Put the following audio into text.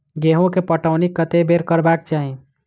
गेंहूँ केँ पटौनी कत्ते बेर करबाक चाहि?